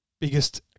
biggest